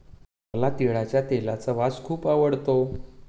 मला तिळाच्या तेलाचा वास खूप आवडतो